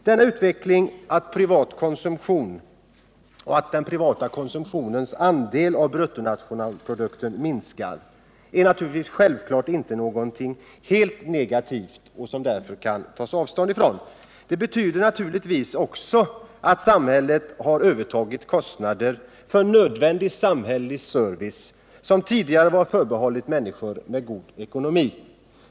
Denna utveckling, att den privata konsumtionens andel av bruttonationalprodukten minskat, är naturligtvis inte helt negativ eller något som man helt och odelat kan kritisera. Denna minskning betyder naturligtvis att samhället har övertagit kostnader för nödvändig samhällelig service som tidigare var förbehållen människor med god ekonomi.